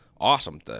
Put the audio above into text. Awesome